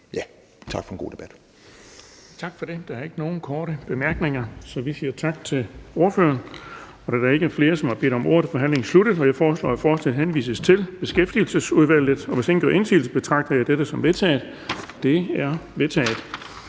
Tak for en god debat.